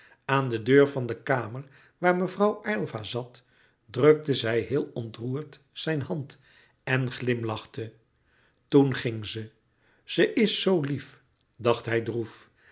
aan de deur van de kamer waar mevrouw aylva zat drukte zij heel ontroerd zijn hand en glimlachte toen ging ze ze is zoo lief dacht hij droef